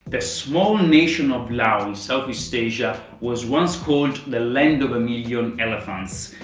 the small nation of laos in southeast asia was once called the land of a million elephants.